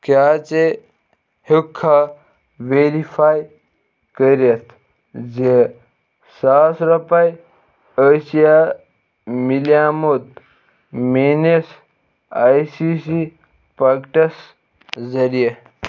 کیٛاہ ژٕ ہٮ۪وٚکھا ویرِفاے کٔرِتھ زِ ساس رۄپیہِ ٲسیا مِلیومُت میٲنِس آی سی سی پاکیٚٹس ذٔریعہٕ؟